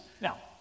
Now